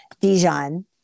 Dijon